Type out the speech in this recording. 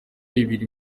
ibiri